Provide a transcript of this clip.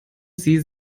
sie